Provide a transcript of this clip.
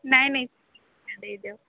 ନାହିଁ ନାହିଁ ଦେଇଦିଅ